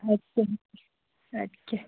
ادسا بِہِو اَدٕکیاہ